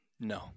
No